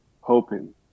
hoping